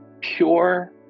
pure